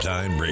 Time